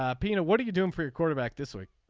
ah pino what are you doing for your quarterback this week.